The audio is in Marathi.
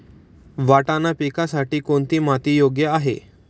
वाटाणा पिकासाठी कोणती माती योग्य आहे?